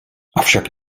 avšak